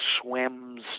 swims